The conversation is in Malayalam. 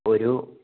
ഒരു